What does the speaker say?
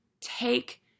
take